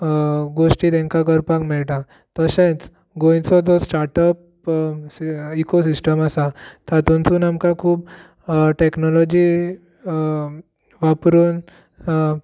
गोश्टी तेंकां करपाक मेळटात तशेंच गोंयचो जो स्टार्टप इकोसिस्टम आसा तातूंनसून आमकां खूब टेक्नोलाॅजी वापरून